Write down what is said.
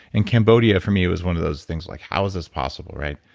and cambodia, for me it was one of those things like, how is this possible?